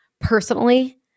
personally